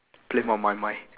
play on my mind